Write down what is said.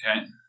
Okay